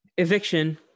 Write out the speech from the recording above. Eviction